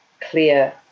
clear